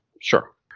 sure